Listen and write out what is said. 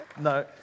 no